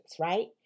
right